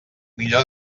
millor